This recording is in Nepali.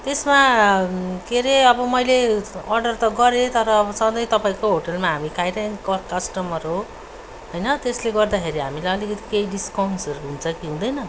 त्यसमा के रे अब मैले अर्डर त गरेँ तर अब सधैँ तपाईँको होटेलमा हामी खाइरहेको कस्टमर हो होइन त्यसले गर्दाखेरि हामीलाई अलिकति केही डिस्काउन्ट्सहरू हुन्छ कि हुँदैन